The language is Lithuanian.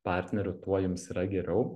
partnerių tuo jums yra geriau